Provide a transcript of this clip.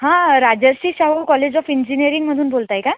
हां Rajarshi Shahu college of इंजिनीअरिंगमधून बोलत आहे का